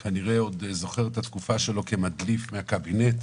הוא כנראה עוד זוכר את התקופה שלו כמדליף מהקבינט,